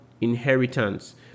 inheritance